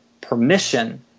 permission